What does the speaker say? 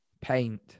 Paint